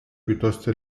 piuttosto